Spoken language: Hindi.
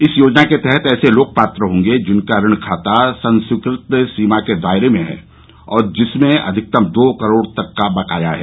इस योजना के तहत ऐसे लोग पात्र होंगे जिनका ऋण खाता संस्वीकृत सीमा के दायरे में है और जिसमें अधिकतम दो करोड़ रुपये तक का बकाया है